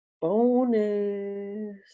Bonus